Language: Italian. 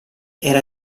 era